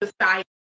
society